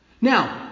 Now